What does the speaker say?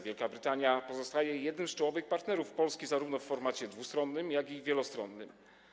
Wielka Brytania pozostaje jednym z czołowych partnerów Polski w formacie zarówno dwustronnym, jak i wielostronnym.